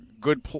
good